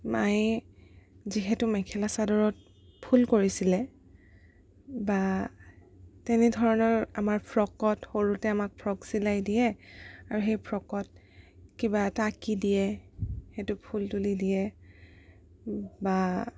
মায়ে যিহেতু মেখেলা চাদৰত ফুল কৰিছিলে বা তেনে ধৰণৰ আমাৰ ফ্ৰকত সৰুতে আমাক ফ্ৰক চিলাই দিয়ে আৰু সেই ফ্ৰকত কিবা এটা আঁকি দিয়ে সেইটো ফুল তুলি দিয়ে বা